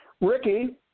Ricky